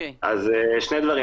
שני דברים.